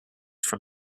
from